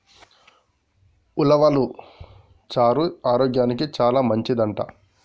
ఉలవలు చారు ఆరోగ్యానికి చానా మంచిదంట